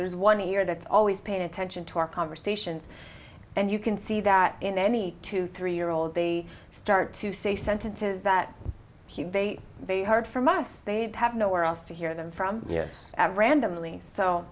there's one ear that's always paying attention to our conversations and you can see that in any two three year old they start to say sentences that they they heard from us they'd have nowhere else to hear them from you ever and only so